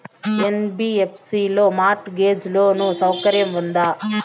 NBFC లో mortgage loan సౌకర్యం ఉందా?